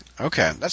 Okay